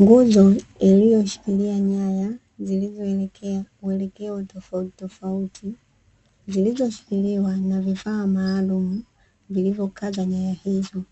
Nguzo iliyoshikilia nyaya zilizoelekea uelekeo tofautitofauti, zilizoshikiliwa na vifaa maalumu vilivyokaza nyaya hizo,